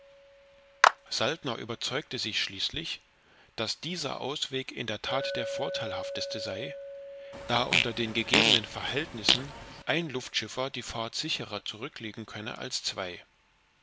saltner überzeugte sich schließlich daß dieser ausweg in der tat der vorteilhafteste sei da unter den gegebenen verhältnissen ein luftschiffer die fahrt sicherer zurücklegen könne als zwei